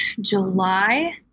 July